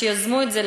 שיזמו את זה,